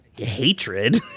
hatred